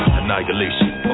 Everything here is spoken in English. annihilation